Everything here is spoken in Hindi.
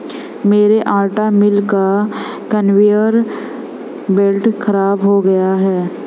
मेरे आटा मिल का कन्वेयर बेल्ट खराब हो गया है